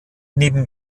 neben